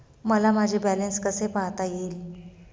मला माझे बॅलन्स कसे पाहता येईल?